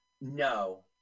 No